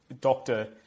Doctor